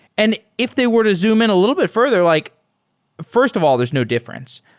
and if they were to zoom in a little bit further, like first of all, there's no difference.